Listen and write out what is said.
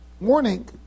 morning